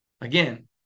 Again